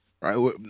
right